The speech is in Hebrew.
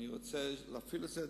אני רוצה להפעיל את זה,